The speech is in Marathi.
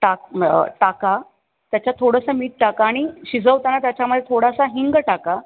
टाक टाका त्याच्यात थोडंसं मीठ टाका आणि शिजवताना त्याच्यामध्ये थोडासा हिंग टाका